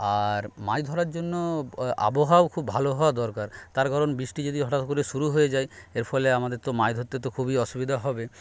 আর মাছ ধরার জন্য আবহাওয়া খুব ভালো হওয়া দরকার তার কারণ বৃষ্টি যদি হঠাৎ করে শুরু হয়ে যায় এর ফলে আমারদের তো মাছ ধরতে তো খুবই অসুবিধা হবে